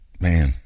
man